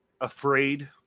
afraid